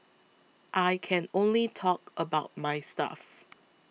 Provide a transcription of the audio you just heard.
I can only talk about my stuff